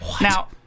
now